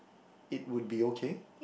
it would be okay